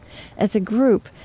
as a group,